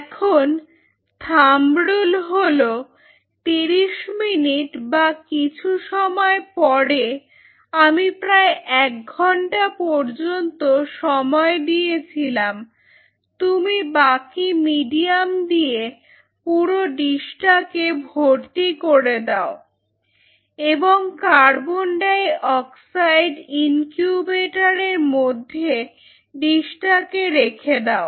এখন thumb rule হল 30 minute বা কিছু সময় পরে আমি প্রায় এক ঘন্টা পর্যন্ত সময় দিয়েছিলাম তুমি বাকি মিডিয়াম দিয়ে পুরো ডিসটাকে ভর্তি করে দাও এবং কার্বন ডাই অক্সাইড ইনকিউবেটর এর মধ্যে ডিসটাকে রেখে দাও